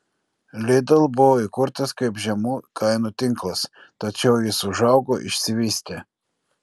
lidl buvo įkurtas kaip žemų kainų tinklas tačiau jis užaugo išsivystė